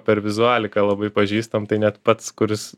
per vizualiką labai pažįstam tai net pats kuris